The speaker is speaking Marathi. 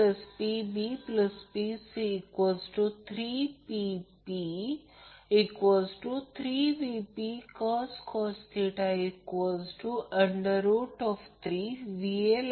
कारण उदाहरणार्थ समजा जर Vp Vp अँगल तर Vp काँज्यूगेट Vp अँगल असेल